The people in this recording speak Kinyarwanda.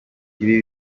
ibi